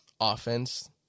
offense